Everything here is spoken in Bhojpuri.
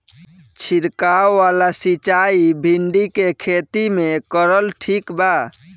छीरकाव वाला सिचाई भिंडी के खेती मे करल ठीक बा?